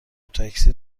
تاکسی